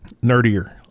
Nerdier